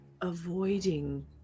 avoiding